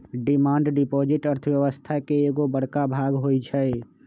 demand deposit अर्थव्यवस्था के एगो बड़का भाग होई छै